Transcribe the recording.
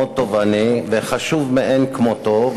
מאוד תובעני וחשוב מאין-כמותו,